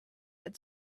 had